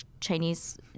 Chinese